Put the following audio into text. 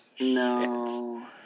No